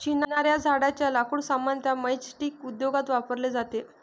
चिनार या झाडेच्या लाकूड सामान्यतः मैचस्टीक उद्योगात वापरले जाते